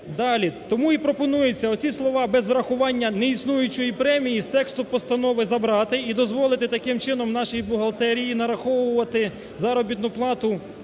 Тому і пропонується, оці слова "без врахування неіснуючої премії" з тексту постанови забрати, і дозволити, таким чином, нашій бухгалтерії нараховувати заробітну плату